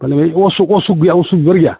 माने अशक गैया अशकफोर गैया